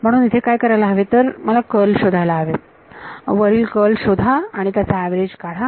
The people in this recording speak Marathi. म्हणून इथे काय करायला हवे तर कर्ल शोधायला हवे वरील कर्ल शोधा आणि आणि त्याचा अवरेज काढा